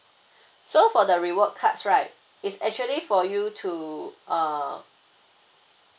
so for the reward cards right it's actually for you to uh